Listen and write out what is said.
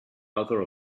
author